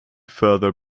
further